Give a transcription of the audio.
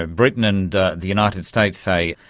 and britain and the united states, say,